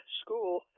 school